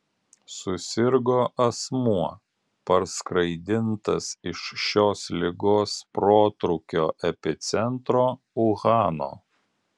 susirgo asmuo parskraidintas iš šios ligos protrūkio epicentro uhano